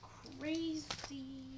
crazy